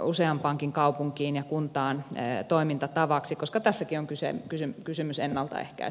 useampaankin kaupunkiin ja kuntaan toimintatavaksi koska tässäkin on kysymys ennaltaehkäisyn merkityksestä